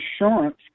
insurance